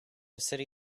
city